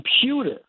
computer